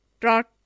trot